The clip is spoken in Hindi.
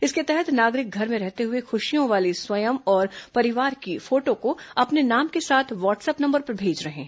इसके तहत नागरिक घर में रहते हुए खुशियों वाली स्वयं और परिवार की फोटो को अपने नाम के साथ व्हाट्सअप नंबर पर भेज रहे हैं